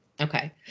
Okay